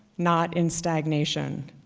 not in stagnation.